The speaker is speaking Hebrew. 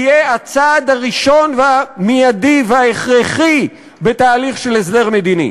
יהיה הצעד הראשון והמיידי וההכרחי בתהליך של הסדר מדיני.